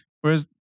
Whereas